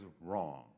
wrong